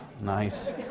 nice